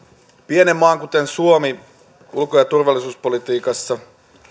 pienen maan kuten suomen ulko ja turvallisuuspolitiikassa